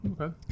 Okay